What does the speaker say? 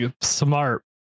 smart